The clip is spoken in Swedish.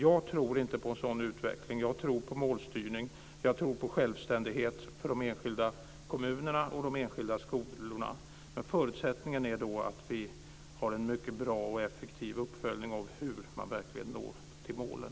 Jag tror inte på en sådan utveckling. Jag tror på målstyrning. Jag tror på självständighet för de enskilda kommunerna och de enskilda skolorna. Men förutsättningen är att vi har en mycket bra och effektiv uppföljning av hur man verkligen når målen.